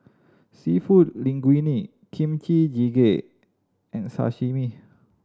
Seafood Linguine Kimchi Jjigae and Sashimi